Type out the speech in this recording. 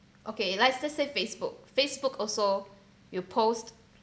okay let's just say Facebook Facebook also you post